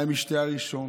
מהמשתה הראשון,